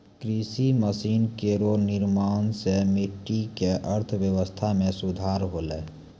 कृषि मसीन केरो निर्माण सें कृषि क अर्थव्यवस्था म सुधार होलै